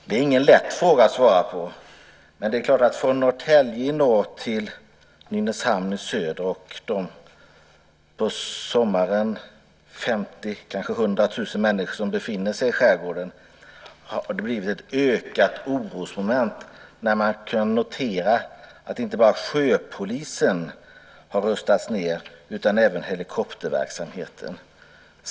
Det är ingen lätt fråga att svara på, men det är klart att de på sommaren 50 000 eller kanske 100 000 människor som befinner sig i skärgården från Norrtälje i norr till Nynäshamn i söder känner ökad oro när de kan notera att inte bara sjöpolisen utan också helikopterverksamheten har rustat ned.